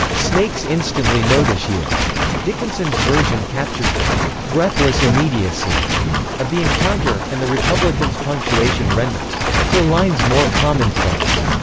snakes instantly notice you dickinson's version captures the breathless immediacy of the encounter and the republican's punctuation renders her lines more commonplace.